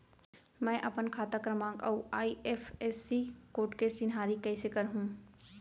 मैं अपन खाता क्रमाँक अऊ आई.एफ.एस.सी कोड के चिन्हारी कइसे करहूँ?